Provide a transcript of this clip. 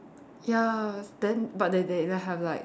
ya then but they they they have like